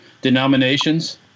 denominations